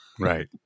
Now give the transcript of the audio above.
Right